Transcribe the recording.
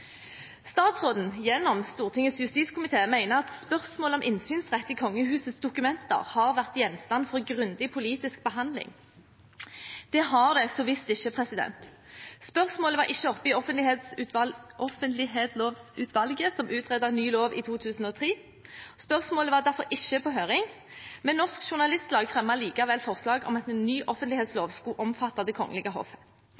Statsråden, og også Stortingets justiskomité, mener at spørsmålet om innsynsrett i kongehusets dokumenter har vært gjenstand for grundig politisk behandling. Det har det så visst ikke! Spørsmålet var ikke oppe i offentlighetslovutvalget, som utredet en ny lov i 2003. Spørsmålet var derfor ikke på høring. Men Norsk Journalistlag fremmet likevel forslag om at en ny